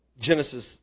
Genesis